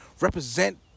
represent